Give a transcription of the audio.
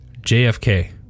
JFK